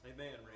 Amen